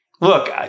look